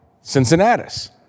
Cincinnati